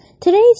today's